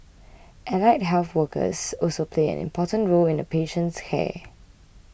allied health workers also play an important role in a patient's care